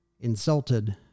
insulted